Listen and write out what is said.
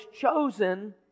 chosen